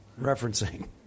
referencing